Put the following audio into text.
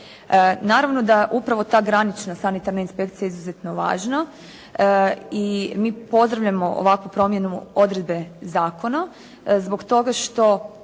Naravno da je upravo ta granična sanitarna inspekcija izuzetno važna i mi pozdravljamo ovakvu promjenu odredbe zakona zbog toga što